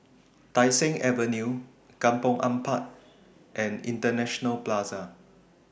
Tai Seng Avenue Kampong Ampat and International Plaza